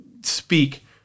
speak